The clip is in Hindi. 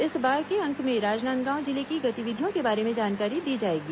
इस बार के अंक में राजनांदगांव जिले की गतिविधियों के बारे में जानकारी दी जाएगी